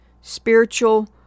spiritual